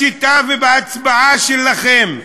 בשיטה ובהצבעה שלכם,